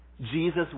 Jesus